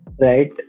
right